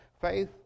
faith